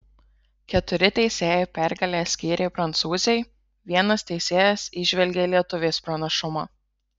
keturi teisėjai pergalę skyrė prancūzei vienas teisėjas įžvelgė lietuvės pranašumą